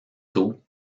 tôt